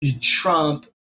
Trump